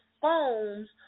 phones